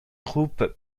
groupes